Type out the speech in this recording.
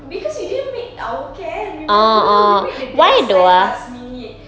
because we didn't make our camp remember we made the dance night last minute